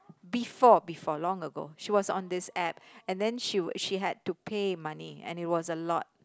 before before long ago she was on this app and then she would she had to pay money and it was a lot